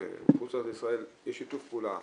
יש שיתוף פעולה,